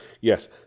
yes